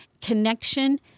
connection